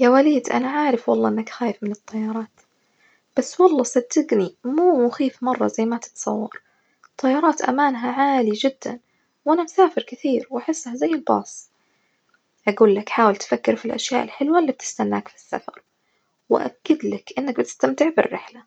يا وليد أنا عارف والله إنك خايف من الطيارات، بس والله صدجني مو مخيف مرة زي ما تتصور الطيارات أمانها عالي جدًا، وأنا مسافر كثير وأحسها زي الباص، أجولك حاول تفكر في الأشياء الحلوة اللي بتستناك في السفر، وأأكدلك إنك بتستمع بالرحلة،